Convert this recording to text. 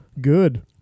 good